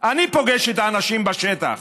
אני פוגש את האנשים בשטח.